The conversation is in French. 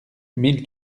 mille